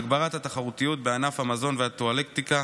הגברת התחרותיות בענף המזון והטואלטיקה,